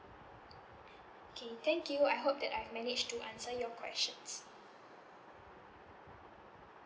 okay thank you I hope that I manage to answer your questions